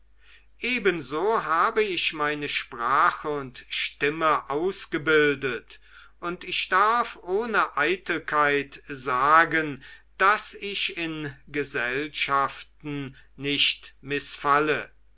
ebenso habe ich meine sprache und stimme ausgebildet und ich darf ohne eitelkeit sagen daß ich in gesellschaften nicht mißfalle